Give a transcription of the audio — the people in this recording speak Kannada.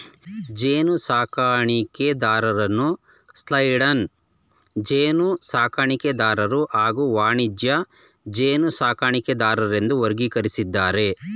ಜೇನುಸಾಕಣೆದಾರರನ್ನು ಸೈಡ್ಲೈನ್ ಜೇನುಸಾಕಣೆದಾರರು ಹಾಗೂ ವಾಣಿಜ್ಯ ಜೇನುಸಾಕಣೆದಾರರೆಂದು ವರ್ಗೀಕರಿಸಿದ್ದಾರೆ